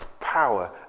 power